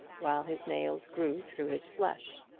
while his nails grew through his flesh.